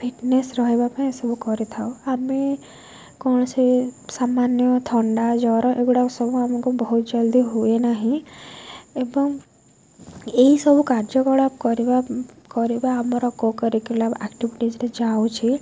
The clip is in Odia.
ଫିଟନେସ୍ ରହିବା ପାଇଁ ଏସବୁ କରିଥାଉ ଆମେ କୌଣସି ସାମାନ୍ୟ ଥଣ୍ଡା ଜ୍ୱର ଏଗୁଡ଼ାକ ସବୁ ଆମକୁ ବହୁତ ଜଲଦି ହୁଏ ନାହିଁ ଏବଂ ଏହିସବୁ କାର୍ଯ୍ୟକଳାପ କରିବା ଆମର କୋ କରିକୁଲାର୍ ଆକ୍ଟିଭିଟି ଯାଉଛି